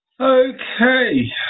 okay